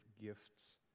gifts